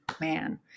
man